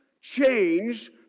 change